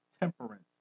temperance